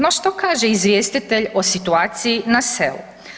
No što kaže izvjestitelj o situaciji na selu?